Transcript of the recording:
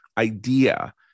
idea